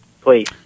Please